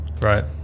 Right